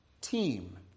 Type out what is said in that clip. team